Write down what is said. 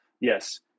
yes